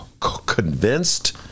convinced